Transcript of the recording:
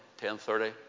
10:30